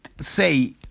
say